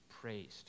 praised